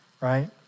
right